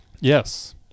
Yes